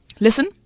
Listen